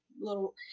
little